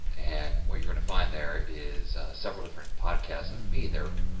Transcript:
and what you're going to find. there is several different podcasts of me there.